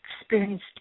experienced